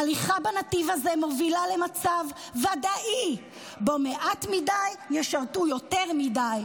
הליכה בנתיב הזה מובילה למצב ודאי שבו מעט מדי ישרתו יותר מדי,